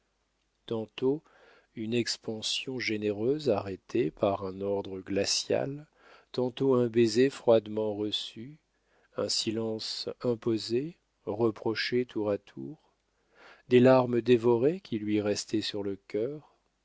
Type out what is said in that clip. tantôt une expansion généreuse arrêtée par un ordre glacial tantôt un baiser froidement reçu un silence imposé reproché tour à tour des larmes dévorées qui lui restaient sur le cœur